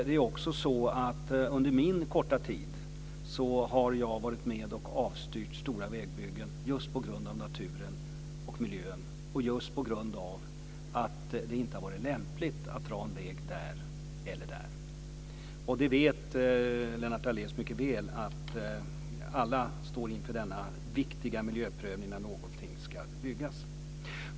Det är också så att under min korta tid har jag varit med och avstyrt stora vägbyggen just på grund av naturen och miljön och just på grund av att det inte har varit lämpligt att dra en väg där eller där. Lennart Daléus vet mycket väl att alla står inför denna viktiga miljöprövning när någonting ska byggas.